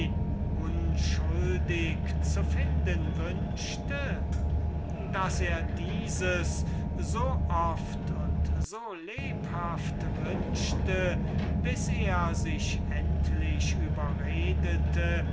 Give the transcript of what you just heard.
unschuldig zu finden wünschte daß er dieses so oft und so lebhaft wünschte bis er sich endlich überredete